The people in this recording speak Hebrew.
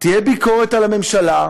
תהיה ביקורת על הממשלה,